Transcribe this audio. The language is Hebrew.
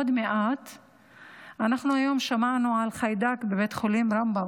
היום שמענו על חיידק בבית החולים רמב"ם,